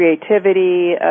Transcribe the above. creativity